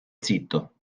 zitto